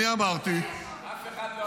אני אמרתי -- מי אמר לך?